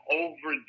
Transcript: over